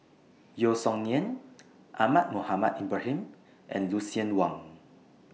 Yeo Song Nian Ahmad Mohamed Ibrahim and Lucien Wang